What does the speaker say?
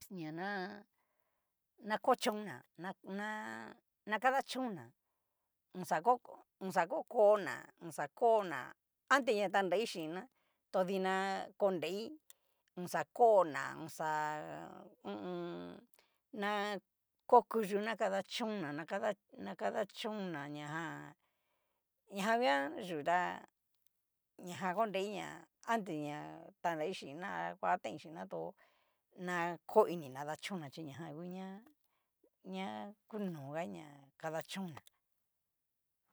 Ña na ko chónna na- na na kadachón na oxa oko oxa okoná oxa koná antes na tanrai xhinna to dina konrei, na kona oxa hu u un. na ko kuyuna kanachóna na kada na kadachon na ña jan ña jan nguan chu tá ñajan horei ña antes ña tanrai xhin ná anguatain chin'na to na ko inina kadachón ná, xhi ñajan u'ña ña kunoja na kadachón ná.